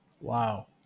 Wow